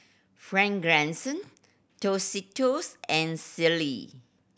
Fragrance Tostitos and Sealy